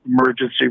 emergency